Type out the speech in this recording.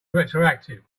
retroactive